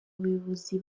abayobozi